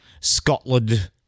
Scotland